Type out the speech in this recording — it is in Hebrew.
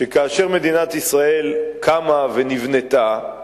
שכאשר מדינת ישראל קמה ונבנתה,